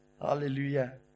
Hallelujah